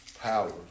power